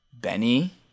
Benny